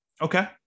Okay